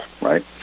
right